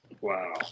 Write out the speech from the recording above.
Wow